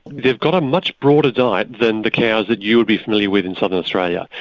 they've got a much broader diet than the cows that you'd be familiar with in southern australia.